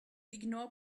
ignore